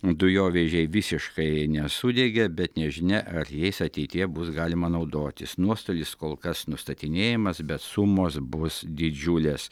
dujovežiai visiškai nesudegė bet nežinia ar jais ateityje bus galima naudotis nuostolis kol kas nustatinėjamas bet sumos bus didžiulės